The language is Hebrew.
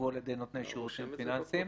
שהובאו על ידי נותני שירותים פיננסיים.